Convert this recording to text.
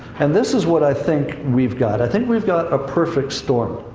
and this is what i think we've got. i think we've got a perfect storm.